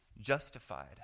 justified